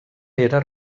era